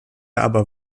aber